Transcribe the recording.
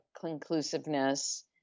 conclusiveness